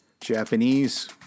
Japanese